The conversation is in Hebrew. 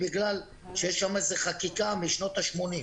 כי יש שם איזו חקיקה משנות ה-80'.